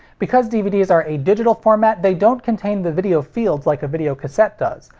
because dvds are a digital format, they don't contain the video fields like a videocassette does,